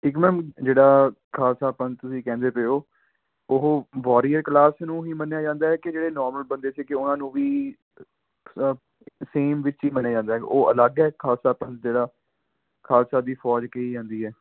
ਇੱਕ ਮੈਮ ਜਿਹੜਾ ਖਾਲਸਾ ਪੰਥ ਤੁਸੀਂ ਕਹਿੰਦੇ ਪਏ ਹੋ ਉਹ ਵੋਰਿਆਰ ਕਲਾਸ ਨੂੰ ਹੀ ਮੰਨਿਆ ਜਾਂਦਾ ਹੈ ਕਿ ਜਿਹੜੇ ਨੋਰਮਲ ਬੰਦੇ ਸੀ ਕਿ ਉਹਨਾਂ ਨੂੰ ਵੀ ਸੇਮ ਵਿੱਚ ਹੀ ਮੰਨਿਆ ਜਾਂਦਾ ਉਹ ਅਲੱਗ ਖਾਲਸਾ ਪੰਥ ਜਿਹੜਾ ਖਾਲਸਾ ਦੀ ਫੌਜ ਕਹੀ ਜਾਂਦੀ ਹੈ